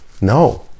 No